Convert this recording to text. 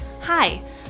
Hi